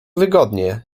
wygodnie